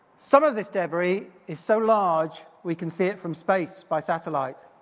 some of this debris is so large, we can see it from space by satellite,